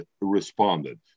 responded